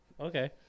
Okay